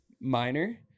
minor